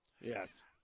Yes